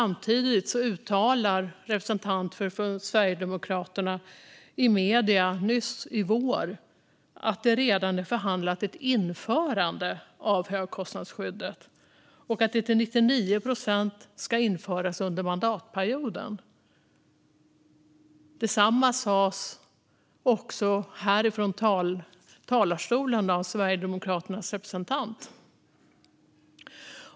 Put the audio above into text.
Men under våren har representanter för Sverigedemokraterna uttalat i medier att ett införande av högkostnadsskyddet redan är förhandlat och att det till 99 procent ska införas under mandatperioden. Detsamma sades här i talarstolen av Sverigedemokraternas representant.